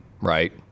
right